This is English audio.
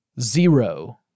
zero